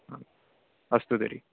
आम् अस्तु तर्हि